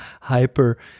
hyper